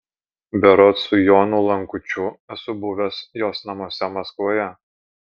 berods su jonu lankučiu esu buvęs jos namuose maskvoje